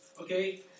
okay